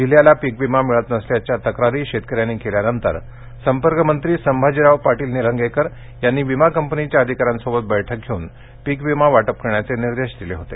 जिल्ह्याला पीक विमा मिळत नसल्याच्या तक्रारी शेतकऱ्यांनी केल्यानंतर संपर्कमंत्री संभाजी पाटील निलंगेकर यांनी विमा कंपनीच्या अधिकऱ्यांसोबत बैठक घेवून पीक विमा वाटप करण्याचे निर्देश दिले होते